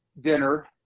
dinner